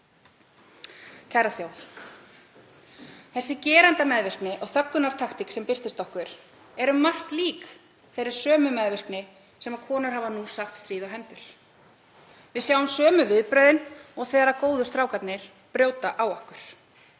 Kæra þjóð. Þessi gerendameðvirkni og þöggunartaktík sem birtist okkur er um margt lík þeirri sömu meðvirkni og konur hafa nú sagt stríð á hendur. Við sjáum sömu viðbrögðin og þegar góðu strákarnir brjóta á okkur.